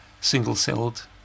single-celled